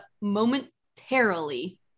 momentarily